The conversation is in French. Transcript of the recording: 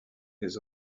les